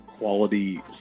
quality